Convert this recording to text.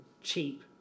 cheap